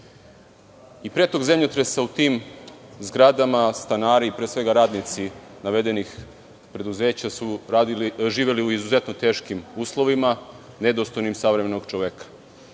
I pre tog zemljotresa u tim zgradama stanari, pre svega radnici navedenih preduzeća, su živeli u izuzetno teškim uslovima, nedostojnim savremenog čoveka.